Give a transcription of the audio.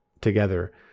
together